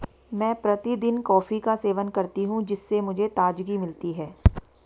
मैं प्रतिदिन कॉफी का सेवन करती हूं जिससे मुझे ताजगी मिलती है